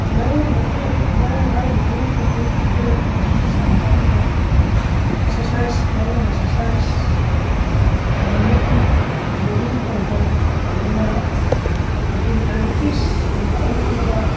ꯂꯥꯏꯌꯦꯡꯕꯒꯤ ꯃꯑꯣꯡ ꯍꯥꯏꯔꯒꯗꯤ ꯑꯩꯈꯣꯏꯒꯤ ꯐꯤꯖꯤꯀꯦꯜ ꯑꯦꯛꯇꯤꯚꯤꯇꯤꯁ ꯌꯥꯝ ꯋꯥꯡꯈꯠꯍꯟꯕ ꯑꯦꯛꯁꯔꯁꯥꯏꯁ ꯃꯔꯨꯑꯣꯏꯅ ꯑꯦꯛꯁꯔꯁꯥꯏꯁ ꯔꯟꯅꯤꯡ ꯖꯣꯒꯤꯡ ꯇꯧꯕ ꯑꯗꯨꯒ ꯑꯩꯈꯣꯏꯒꯤ ꯗꯥꯏꯕꯤꯇꯤꯁ ꯋꯥꯡꯈꯠꯍꯟꯕꯗ